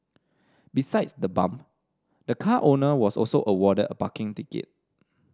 besides the bump the car owner was also awarded a parking ticket